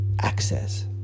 access